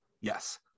yes